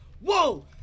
Whoa